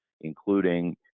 including